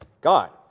God